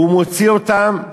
הוא מוציא אותם.